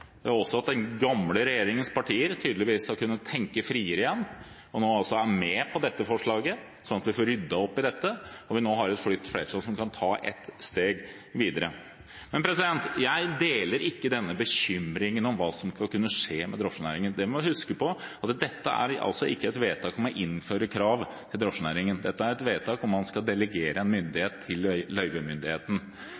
og også at den gamle regjeringens partier tydeligvis har kunnet tenke friere igjen og er med på dette forslaget. Vi får ryddet opp i dette når vi nå har et nytt flertall som kan ta et steg videre. Jeg deler ikke denne bekymringen for hva som vil kunne skje med drosjenæringen. Vi må huske på at dette ikke er et vedtak om å innføre krav til drosjenæringen, dette er et vedtak om at man skal delegere en